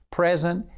present